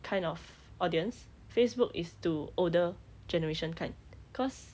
kind of audience facebook is to older generation kind cause